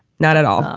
not at all. um